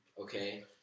Okay